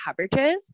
coverages